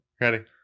Ready